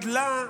גדלה,